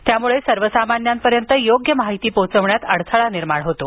यामुळे सर्वसामान्यांपर्यंत योग्य माहिती पोचवण्यात अडथळा निर्माण होतो